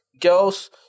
girls